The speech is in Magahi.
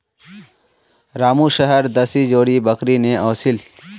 रामू शहर स दी जोड़ी बकरी ने ओसील